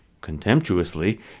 contemptuously